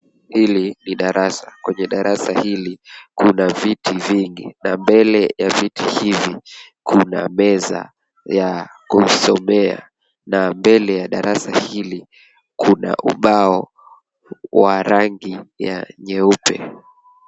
Hili ni darasa, kwenye darasa hili kuna viti vingi na mbele ya viti hivi kuna meza ya kusomea na mbele ya darasa hili kuna ubao wa rangi ya nyeupe.